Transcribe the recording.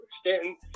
Stanton